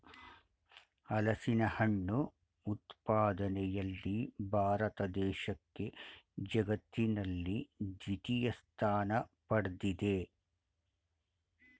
ಹಲಸಿನಹಣ್ಣು ಉತ್ಪಾದನೆಯಲ್ಲಿ ಭಾರತ ದೇಶಕ್ಕೆ ಜಗತ್ತಿನಲ್ಲಿ ದ್ವಿತೀಯ ಸ್ಥಾನ ಪಡ್ದಿದೆ